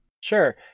Sure